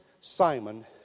Simon